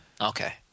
Okay